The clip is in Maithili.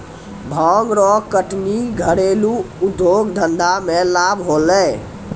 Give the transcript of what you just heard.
भांग रो कटनी घरेलू उद्यौग धंधा मे लाभ होलै